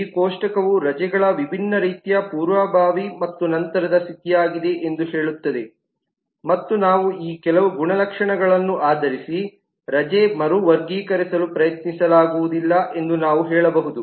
ಈ ಕೋಷ್ಟಕವು ರಜೆಗಳು ವಿಭಿನ್ನ ರೀತಿಯ ಪೂರ್ವಭಾವಿ ಮತ್ತು ನಂತರದ ಸ್ಥಿತಿಯಾಗಿದೆ ಎಂದು ಹೇಳುತ್ತದೆ ಮತ್ತು ನಾವು ಈ ಕೆಲವು ಗುಣಲಕ್ಷಣಗಳನ್ನು ಆಧರಿಸಿ ರಜೆ ಮರು ವರ್ಗೀಕರಿಸಲು ಪ್ರಯತ್ನಿಸಲಾಗುವುದಿಲ್ಲ ಎಂದು ನಾವು ಹೇಳಬಹುದು